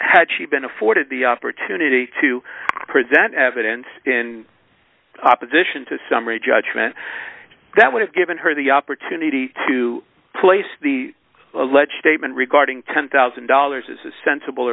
had she been afforded the opportunity to present evidence in opposition to summary judgment that would have given her the opportunity to place the alleged date and regarding ten thousand dollars as a sensible